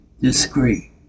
disagree